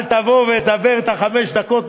אל תבוא ותדבר את חמש הדקות.